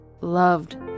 loved